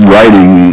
Writing